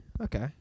Okay